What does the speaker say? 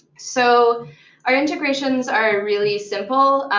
so our integrations are really simple.